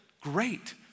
Great